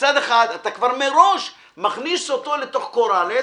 מצד אחד אתה כבר מראש מכניס אותו לתוך קורלס